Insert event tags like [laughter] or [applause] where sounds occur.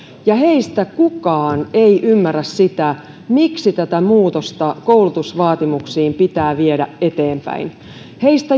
ja heistä kukaan ei ymmärrä sitä miksi tätä muutosta koulutusvaatimuksiin pitää viedä eteenpäin heistä [unintelligible]